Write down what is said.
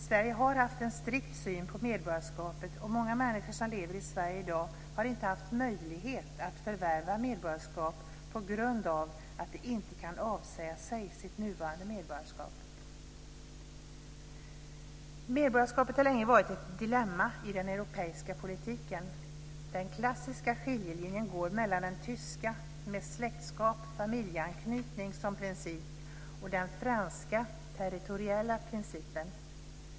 Sverige har haft en strikt syn på medborgarskapet, och många människor som lever i Sverige i dag har inte haft möjlighet att förvärva medborgarskap på grund av att de inte kan avsäga sig sitt nuvarande medborgarskap. Medborgarskapet har länge varit ett dilemma i den europeiska politiken. Den klassiska skiljelinjen går mellan den tyska principen med släktskap och familjeanknytning som grund och den franska territoriella principen.